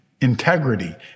integrity